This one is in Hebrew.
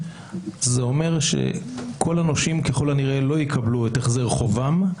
זה אומר שכל הנושים ככל הנראה לא יקבלו את החזר חובם.